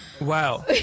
Wow